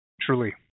Truly